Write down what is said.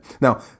Now